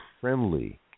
friendly